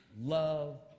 love